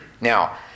Now